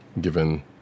given